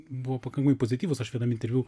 buvo pakankamai pozityvūs aš vienam interviu